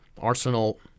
Arsenal